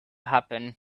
happen